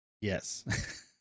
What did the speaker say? Yes